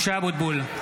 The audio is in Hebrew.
משה אבוטבול,